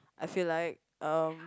I feel like um